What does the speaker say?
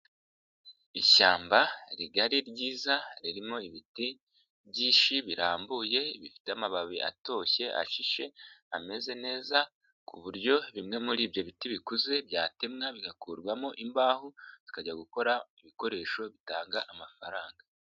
Ishyamba rigari ryiza ririmo ibiti byinshi birambuye bifite amababi atoshye ashishe ameze neza ku buryo bimwe muri ibyo biti bikuze byatemwa bigakurwamo imbaho zikajya gukora ibikoresho bitanga amafaranga.